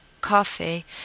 coffee